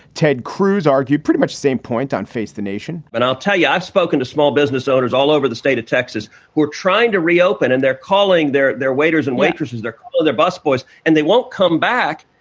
ted cruz argued pretty much same point on face the nation but i'll tell you, i've spoken to small business owners all over the state of texas who are trying to reopen and they're calling their their waiters and waitresses their their busboys, and they won't come back.